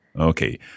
Okay